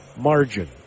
margin